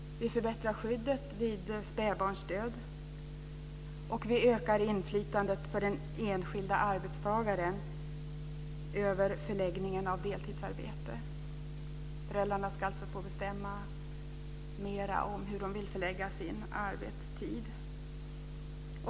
Vi förbättrar skyddet vid spädbarnsdöd, och vi ökar inflytandet för den enskilde arbetstagaren över förläggningen av deltidsarbete. Föräldrarna ska alltså få bestämma mer om hur de vill förlägga sin arbetstid.